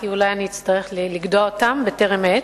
כי אולי אני אצטרך לגדוע אותם בטרם עת,